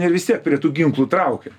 ir vis tiek prie tų ginklų traukė